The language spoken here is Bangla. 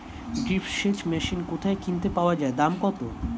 ড্রিপ সেচ মেশিন কোথায় কিনতে পাওয়া যায় দাম কত?